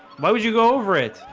why would you go over it?